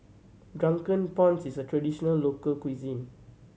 Drunken Prawns is a traditional local cuisine